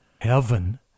Heaven